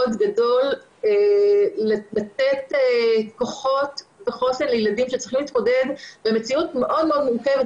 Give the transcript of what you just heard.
גדול לתת כוחות לילדים שצריכים להתמודד במציאות מאוד מאוד מורכבת.